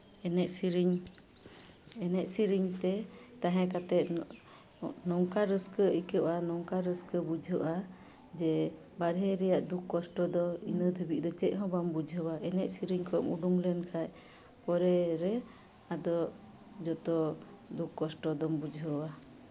ᱮᱱᱮᱡ ᱥᱮᱨᱮᱧ ᱮᱱᱮᱡ ᱥᱮᱨᱮᱧ ᱛᱮ ᱛᱟᱦᱮᱸ ᱠᱟᱛᱮᱫ ᱱᱚᱝᱠᱟ ᱨᱟᱹᱥᱠᱟᱹ ᱟᱹᱭᱠᱟᱹᱜᱼᱟ ᱱᱚᱝᱠᱟ ᱨᱟᱹᱥᱠᱟᱹ ᱵᱩᱡᱷᱟᱹᱜᱼᱟ ᱡᱮ ᱵᱟᱦᱨᱮ ᱨᱮᱭᱟᱜ ᱫᱩᱠ ᱠᱚᱥᱴᱚ ᱫᱚ ᱤᱱᱟᱹ ᱫᱷᱟᱹᱵᱤᱡ ᱫᱚ ᱪᱮᱫ ᱦᱚᱸ ᱵᱟᱢ ᱵᱩᱡᱷᱟᱹᱣᱟ ᱮᱱᱮᱡ ᱥᱮᱨᱮᱧ ᱠᱷᱚᱡ ᱮᱢ ᱩᱰᱩᱠ ᱞᱮᱱᱠᱷᱟᱡ ᱠᱚᱨᱮ ᱨᱮ ᱟᱫᱚ ᱡᱚᱛᱚ ᱫᱩᱠ ᱠᱚᱥᱴᱚ ᱫᱚᱢ ᱵᱩᱡᱷᱟᱹᱣᱟ